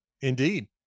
indeed